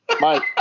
Mike